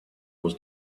was